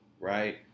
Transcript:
right